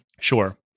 Sure